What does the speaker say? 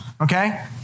Okay